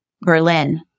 Berlin